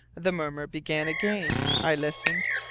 the murmur began again i listened,